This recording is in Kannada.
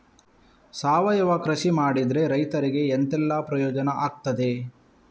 ಸಾವಯವ ಕೃಷಿ ಮಾಡಿದ್ರೆ ರೈತರಿಗೆ ಎಂತೆಲ್ಲ ಪ್ರಯೋಜನ ಆಗ್ತದೆ?